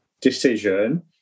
decision